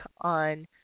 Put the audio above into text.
on